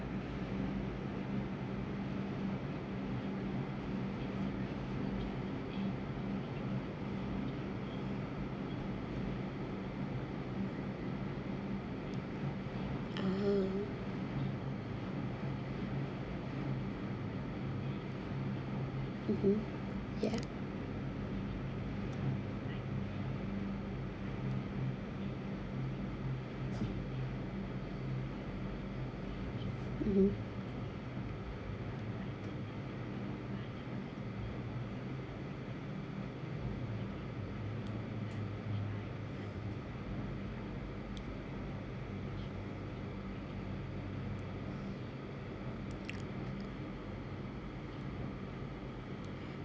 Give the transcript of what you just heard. uh-huh mmhmm ya mmhmm